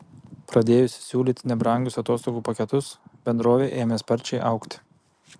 pradėjusi siūlyti nebrangius atostogų paketus bendrovė ėmė sparčiai augti